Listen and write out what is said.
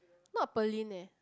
not Pearlyn leh